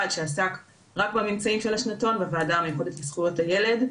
שעסק רק בממצאים של השנתון בוועדה המיוחדת לזכויות הילד.